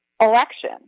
election